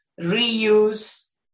reuse